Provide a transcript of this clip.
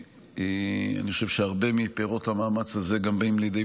אני חושב שהרבה מפירות המאמץ הזה באים לידי